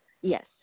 Yes